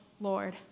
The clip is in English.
Lord